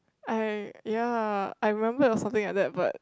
I ya I remember it was something like that but